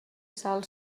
sal